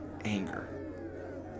Anger